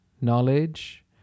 knowledge